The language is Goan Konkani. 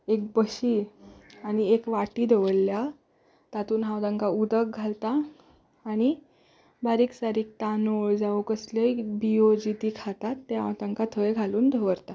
एक बशी आनी एक वाटी दवरल्या तातूंत हांव तांकां उदक घालतां आनी बारीक सारीक तांदूळ जावं कसल्योय बियो ज्यो तीं खातात तें हांव तांकां थंय घालून दवरतां